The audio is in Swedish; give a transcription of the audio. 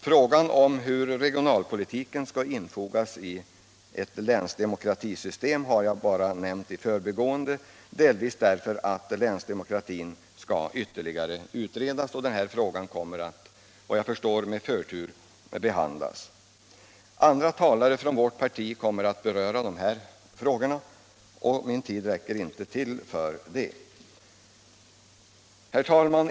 Frågan om hur regionalpolitiken skall infogas i ett länsdemokratisystem har jag bara nämnt i förbigående, delvis därför att länsdemokratin skall utredas ytterligare och frågan, som jag förstår, behandlas med förtur. Andra talare från vårt parti kommer att beröra dessa frågor.